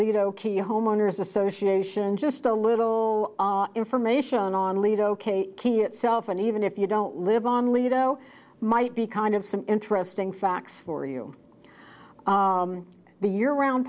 key homeowners association just a little information on lead ok key itself and even if you don't live on lido might be kind of some interesting facts for you the year round